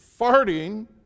farting